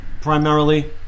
primarily